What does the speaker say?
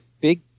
big